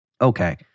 Okay